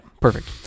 Perfect